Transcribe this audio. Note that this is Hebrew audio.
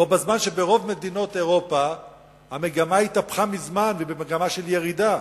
בו בזמן שברוב מדינות אירופה המגמה התהפכה מזמן והיא מגמה של ירידה.